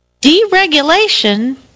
deregulation